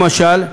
למשל,